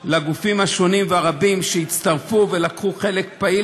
לגופים הרבים שהצטרפו ולקחו חלק פעיל